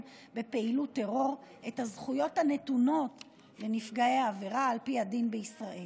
בפעילות טרור את הזכויות הנתונות לנפגעי עבירה על פי הדין בישראל.